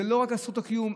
זה לא רק על זכות הקיום.